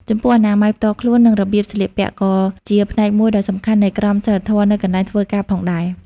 ចំពោះអនាម័យផ្ទាល់ខ្លួន និងរបៀបស្លៀកពាក់ ក៏ជាផ្នែកមួយដ៏សំខាន់នៃក្រមសីលធម៌នៅកន្លែងធ្វើការផងដែរ។